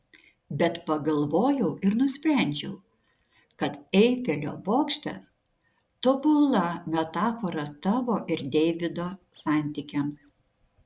bet pagalvojau ir nusprendžiau kad eifelio bokštas tobula metafora tavo ir deivido santykiams